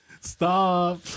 Stop